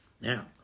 now